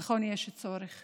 נכון, יש צורך,